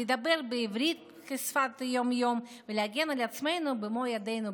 לדבר בעברית כשפת יום-יום ולהגן על עצמנו במו ידינו,